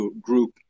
group